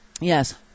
Yes